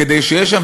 כדי שיהיה שם,